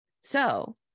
So-